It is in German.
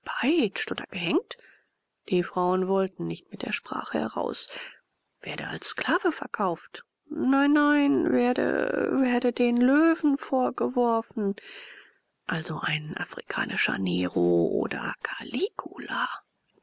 oder gehängt die frauen wollten nicht mit der sprache heraus werde als sklave verkauft nein nein werde werde den löwen vorgeworfen also ein afrikanischer nero oder